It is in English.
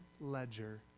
ledger